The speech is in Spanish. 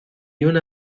una